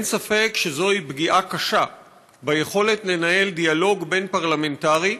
אין ספק שזוהי פגיעה קשה ביכולת לנהל דיאלוג בין-פרלמנטרי,